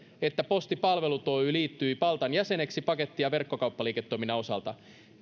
että posti palvelut oy liittyi paltan jäseneksi paketti ja verkkokauppaliiketoiminnan osalta